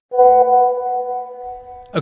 Okay